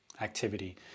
activity